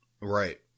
Right